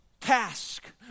task